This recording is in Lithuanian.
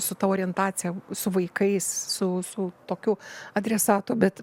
su ta orientacija su vaikais su su tokiu adresatu bet